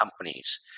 companies